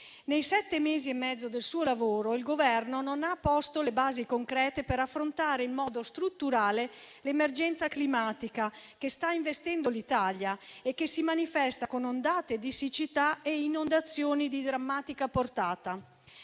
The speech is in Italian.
Nei sette mesi e mezzo del suo lavoro, il Governo non ha posto le basi concrete per affrontare in modo strutturale l'emergenza climatica che sta investendo l'Italia e che si manifesta con ondate di siccità e inondazioni di drammatica portata.